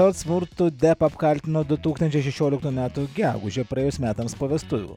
hiort smurtu depą apkaltino du tūkstančiai šešioliktų metų gegužę praėjus metams po vestuvių